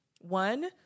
One